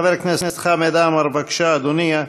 חבר הכנסת חמד עמאר, בבקשה, אדוני.